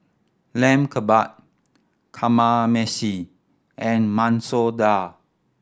Lamb Kebab Kamameshi and Masoor Dal